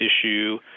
issue